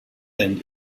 end